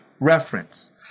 reference